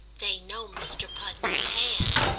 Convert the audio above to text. they know mr. pudney's hand.